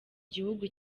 gihugu